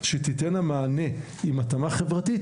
שיתנו מענה עם התאמה חברתית,